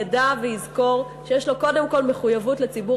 ידע ויזכור שיש לו קודם כול מחויבות לציבור